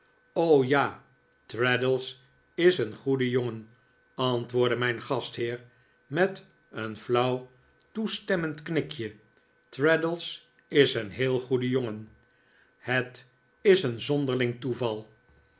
ja traddles is een goede jongen antwoordde mijn gastheer met een flauw toestemmend knikje traddles is een heel goede jongen het is een zonderling toeval